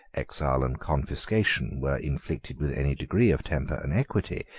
exile, and confiscation, were inflicted with any degree of temper and equity,